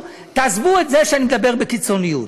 תעזבו את זה שאני מדבר בקיצוניות,